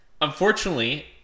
unfortunately